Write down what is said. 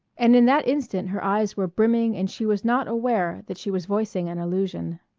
and in that instant her eyes were brimming and she was not aware that she was voicing an illusion.